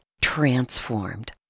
transformed